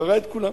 ברא את כולם